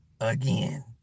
again